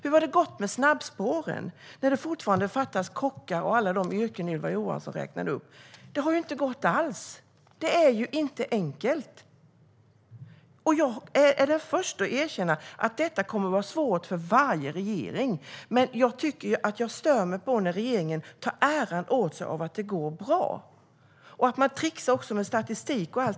Hur har det gått med snabbspåren? Det fattas fortfarande kockar och arbetstagare i alla de yrken Ylva Johansson räknade upp. Det har inte gått alls. Det är inte enkelt. Jag är den förste att erkänna att denna fråga kommer att vara svår att hantera för varje regering. Men jag blir störd av att regeringen tar åt sig äran av att det går bra. Man trixar också med statistik.